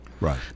Right